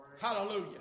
Hallelujah